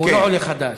והוא לא עולה חדש.